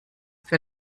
für